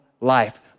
life